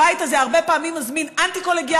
הבית הזה הרבה פעמים מזמין אנטי-קולגיאליות,